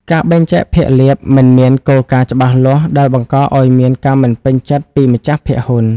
ការបែងចែកភាគលាភ មិនមានគោលការណ៍ច្បាស់លាស់ ដែលបង្កឱ្យមានការមិនពេញចិត្តពីម្ចាស់ភាគហ៊ុន។